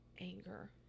Anger